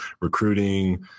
recruiting